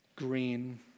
Green